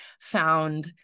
found